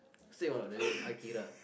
same or not the name Akira